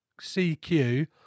CQ